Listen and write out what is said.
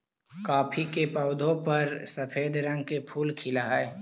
coffee के पौधा पर सफेद रंग के फूल खिलऽ हई